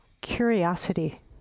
curiosity